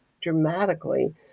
dramatically